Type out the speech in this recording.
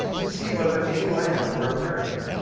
to see whether any land were appearing.